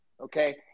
okay